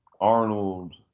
Arnold